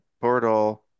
portal